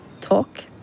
talk